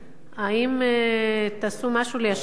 האם תעשו משהו ליישב את העניין,